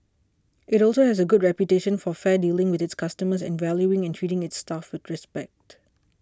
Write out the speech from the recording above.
it also has a good reputation for fair dealing with its customers and valuing and treating its staff with respect